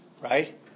right